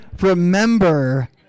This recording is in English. Remember